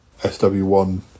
SW1